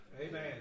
Amen